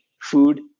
food